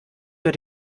für